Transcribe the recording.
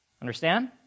Understand